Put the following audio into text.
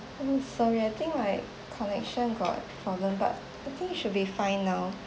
uh sorry I think my connection got problem but I think it should be fine now